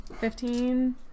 Fifteen